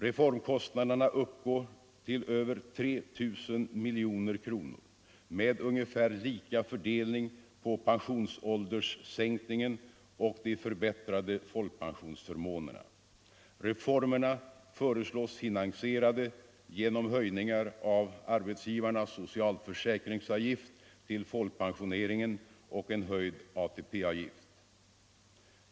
Reformkostnaderna uppgår till över 3 000 miljoner kronor med ungefär lika fördelning på pensionsålderssänkningen och de förbättrade folkpensionsförmånerna. Reformerna föreslås finansierade genom höjningar av arbetsgivarnas socialförsäkringsavgift till folkpensioneringen och en höjd ATP-avgift.